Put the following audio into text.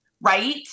right